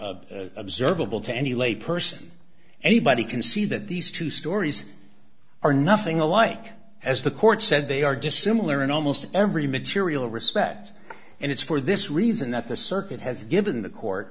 e observable to any lay person anybody can see that these two stories are nothing alike as the court said they are dissimilar in almost every material respect and it's for this reason that this circuit has given the court